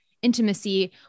intimacy